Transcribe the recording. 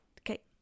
Okay